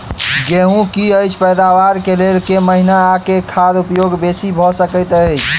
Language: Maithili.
गेंहूँ की अछि पैदावार केँ लेल केँ महीना आ केँ खाद उपयोगी बेसी भऽ सकैत अछि?